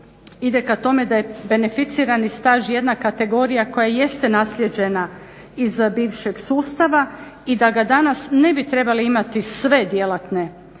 ide ka tome da je beneficirani staž jedna kategorija koja jeste naslijeđena iz bivšeg sustava i da ga danas ne bi trebale imati sve djelatne